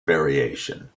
variation